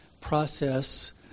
process